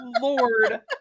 lord